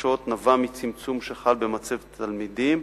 מהבקשות נבע מצמצום שחל במצבת התלמידים,